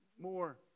more